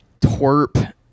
twerp